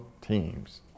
teams